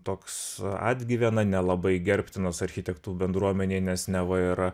toks atgyvena nelabai gerbtinas architektų bendruomenėj nes neva yra